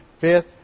Fifth